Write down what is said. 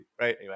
right